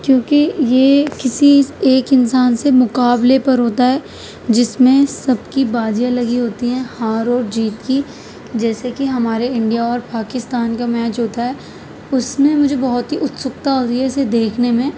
کیونکہ یہ کسی ایک انسان سے مقابلے پر ہوتا ہے جس میں سب کی بازیاں لگی ہوتی ہیں ہار اور جیت کی جیسے کہ ہمارے انڈیا اور پاکستان کا میچ ہوتا ہے اس میں مجھے بہت ہی اتسکتا ہوتی ہے اسے دیکھنے میں